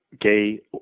gay